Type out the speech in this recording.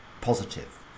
positive